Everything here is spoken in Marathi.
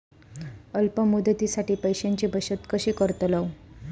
अल्प मुदतीसाठी पैशांची बचत कशी करतलव?